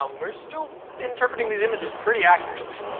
um we're still interpreting these images pretty accurately.